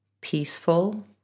peaceful